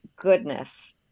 goodness